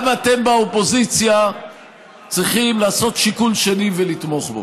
גם אתם באופוזיציה צריכים לעשות שיקול שני ולתמוך בו.